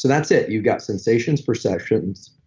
that's it. you've got sensations, perceptions,